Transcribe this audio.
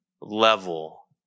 level